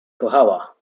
kochała